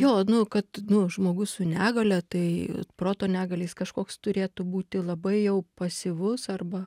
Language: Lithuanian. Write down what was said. jo nu kad nu žmogus su negalia tai proto negalia jis kažkoks turėtų būti labai jau pasyvus arba